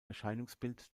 erscheinungsbild